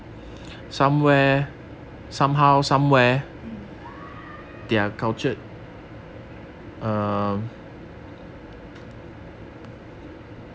um